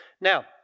Now